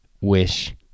wish